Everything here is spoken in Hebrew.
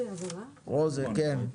--- כן.